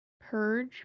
Purge